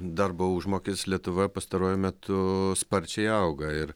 darbo užmokis lietuvoje pastaruoju metu sparčiai auga ir